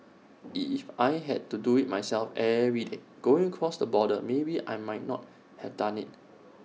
if I had to do IT myself every day going across the border maybe I might not have done IT